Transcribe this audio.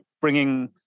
bringing